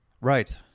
Right